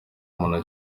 umuntu